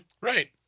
Right